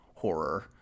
Horror